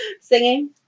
Singing